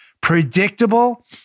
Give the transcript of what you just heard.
predictable